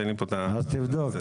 אז תבדוק,